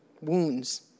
wounds